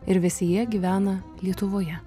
ir visi jie gyvena lietuvoje